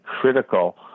critical